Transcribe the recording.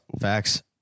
Facts